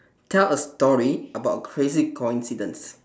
tell a story about a crazy coincidence